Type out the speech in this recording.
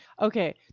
okay